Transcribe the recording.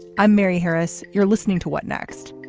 i'm mary harris. you're listening to what next.